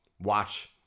watch